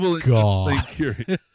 God